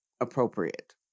appropriate